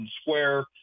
Square